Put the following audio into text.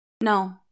No